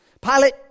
Pilate